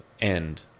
end